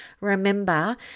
Remember